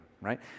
right